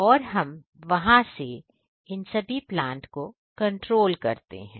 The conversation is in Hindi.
और हम वहां से कंट्रोल करते हैं